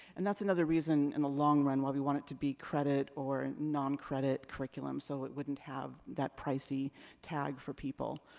and that's another reason, in the long run, why we want to be credit, or non-credit curriculum, so it wouldn't have that pricey tag for people.